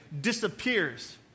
disappears